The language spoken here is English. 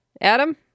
Adam